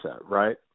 right